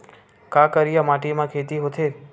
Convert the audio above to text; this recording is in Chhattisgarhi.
का करिया माटी म खेती होथे?